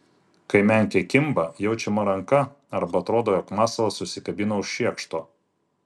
kai menkė kimba jaučiama ranka arba atrodo jog masalas užsikabino už šiekšto